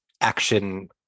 action